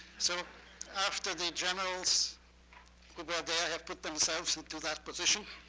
so after the generals who were there had put themselves into that position